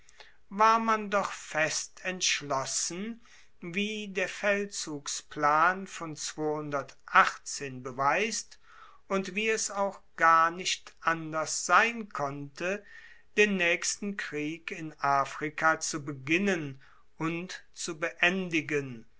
war man doch fest entschlossen wie der feldzugsplan von beweist und wie es auch gar nicht anders sein konnte den naechsten krieg in afrika zu beginnen und zu beendigen